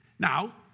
Now